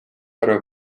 arvab